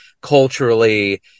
culturally